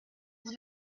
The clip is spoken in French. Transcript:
vous